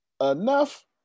Enough